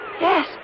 Yes